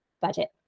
budget